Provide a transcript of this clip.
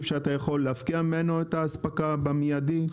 שאתה יכול להפקיע ממנו את האספקה במיידי,